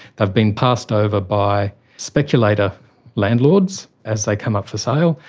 they've been passed over by speculator landlords as they come up for sale.